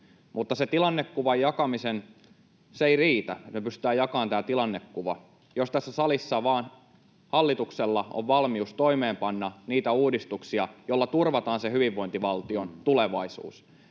Mutta se ei riitä, että me pystytään jakamaan tämä tilannekuva, jos tässä salissa vain hallituksella on valmius toimeenpanna niitä uudistuksia, joilla turvataan se hyvinvointivaltion tulevaisuus.